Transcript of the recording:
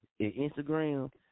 Instagram